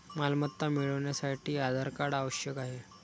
मालमत्ता मिळवण्यासाठी आधार कार्ड आवश्यक आहे